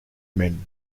men